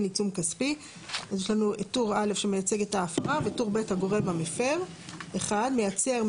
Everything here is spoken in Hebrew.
עיצום כספי טור א' טור ב' ההפרה הגורם המפר 1. מייצר,